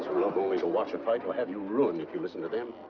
only to watch a fight, or have you ruined if you listen to them.